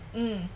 mm